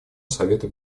совета